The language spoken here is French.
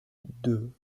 deux